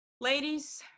Ladies